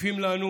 מטיפים לנו